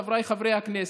חבריי חברי הכנסת,